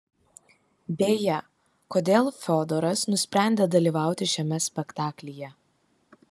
beje kodėl fiodoras nusprendė dalyvauti šiame spektaklyje